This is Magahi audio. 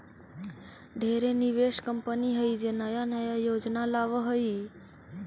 ढेरे निवेश कंपनी हइ जे नया नया योजना लावऽ हइ